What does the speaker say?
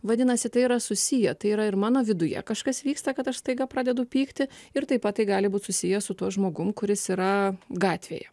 vadinasi tai yra susiję tai yra ir mano viduje kažkas vyksta kad aš staiga pradedu pykti ir taip pat tai gali būt susiję su tuo žmogum kuris yra gatvėje